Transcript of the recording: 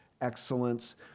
excellence